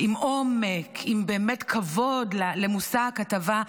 עם עומק, עם באמת כבוד למושא הכתבה.